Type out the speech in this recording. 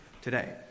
today